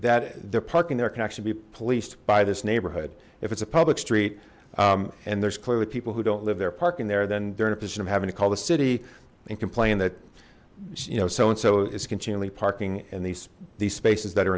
that the parking there can actually be policed by this neighborhood if it's a public street and there's clearly people who don't live there park in there then they're in a position of having to call the city and complain that you know so and so is continually parking in these these spaces that are